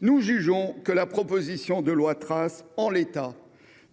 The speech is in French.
Nous jugeons que la proposition de loi Trace, en l’état,